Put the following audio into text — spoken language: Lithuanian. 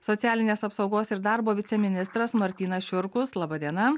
socialinės apsaugos ir darbo viceministras martynas šiurkus laba diena